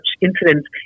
incidents